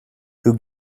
who